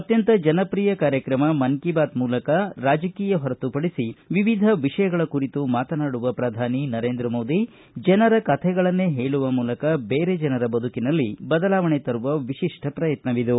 ಅತ್ಯಂತ ಜನಪ್ರಿಯ ಕಾರ್ಯಕ್ರಮ ಮನ್ ಕಿ ಬಾತ್ ಮೂಲಕ ರಾಜಕೀಯ ಹೊರತುಪಡಿಸಿ ವಿವಿಧ ವಿಷಯಗಳ ಕುರಿತು ಮಾತನಾಡುವ ಪ್ರಧಾನಿ ನರೇಂದ್ರ ಮೋದಿ ಜನರ ಕಥೆಗಳನ್ನೇ ಹೇಳುವ ಮೂಲಕ ಬೇರೆ ಜನರ ಬದುಕಿನಲ್ಲಿ ಬದಲಾವಣೆ ತರುವ ವಿಶಿಷ್ಠ ಪ್ರಯತ್ನವಿದು